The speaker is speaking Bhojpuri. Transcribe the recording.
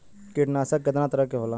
कीटनाशक केतना तरह के होला?